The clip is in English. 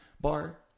bar